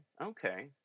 okay